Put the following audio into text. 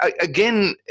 again